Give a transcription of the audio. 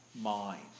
mind